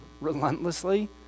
relentlessly